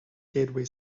gateway